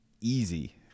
easy